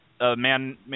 man